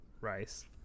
Rice